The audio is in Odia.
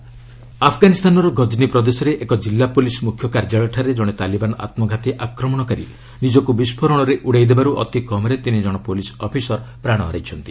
ଆଫ୍ଗାନ୍ ବ୍ଲାଷ୍ଟ୍ ଆଫ୍ଗାନିସ୍ତାନର ଗଜନି ପ୍ରଦେଶରେ ଏକ ଜିଲ୍ଲା ପୁଲିସ୍ ମୁଖ୍ୟ କାର୍ଯ୍ୟାଳୟଠାରେ ଜଣେ ତାଲିବାନ୍ ଆତ୍କଘାତୀ ଆକ୍ରମଣକାରୀ ନିଜକୁ ବିସ୍ଫୋରଣରେ ଉଡ଼ାଇ ଦେବାରୁ ଅତି କମ୍ରେ ତିନି କଣ ପୁଲିସ୍ ଅଫିସର୍ ପ୍ରାଣ ହରାଇଛନ୍ତି